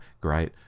Great